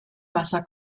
wasser